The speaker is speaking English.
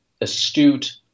astute